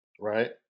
right